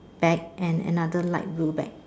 bag and another light blue bag